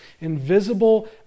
invisible